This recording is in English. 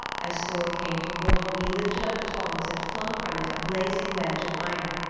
as thor came toward him he lifted up the tongs and flung from it a blazing wedge of iron.